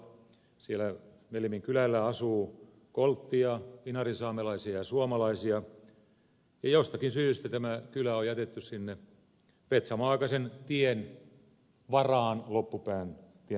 siellä nellimin kylällä asuu kolttia inarinsaamelaisia ja suomalaisia ja jostakin syystä tämä kylä on jätetty sinne petsamon aikaisen tien varaan tien loppupään osalta